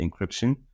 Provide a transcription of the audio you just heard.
encryption